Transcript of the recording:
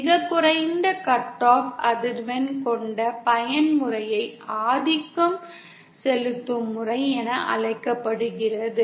மிகக் குறைந்த cut off அதிர்வெண் கொண்ட பயன்முறையை ஆதிக்கம் செலுத்தும் முறை என அழைக்கப்படுகிறது